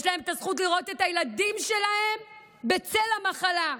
יש להם את הזכות לראות את הילדים שלהם בצל המחלה.